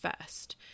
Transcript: first